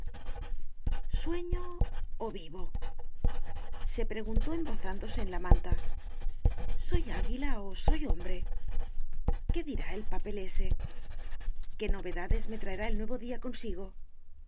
sueño o vivo se preguntó embozándose en la manta soy águila o soy hombre qué dirá el papel ése qué novedades me traerá el nuevo día